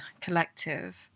collective